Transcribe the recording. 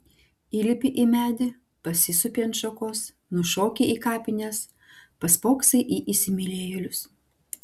įlipi į medį pasisupi ant šakos nušoki į kapines paspoksai į įsimylėjėlius